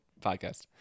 podcast